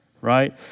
Right